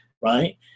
Right